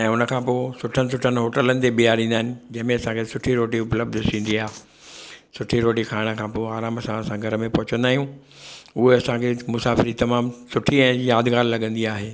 ऐं हुन खां पोइ सुठनि सुठनि होटलनि ते बीहारींदा आहिनि जंहिंमें असांखे सुठी रोटी उपलब्ध थींदी आहे सुठी रोटी खाइण खांइ पोइ आरामु सां असां घर में पहुचंदा आहियूं उहा असांखे मुसाफ़िरी तमामु सुठी ऐं यादिगार लॻंदी आहे